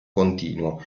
continuo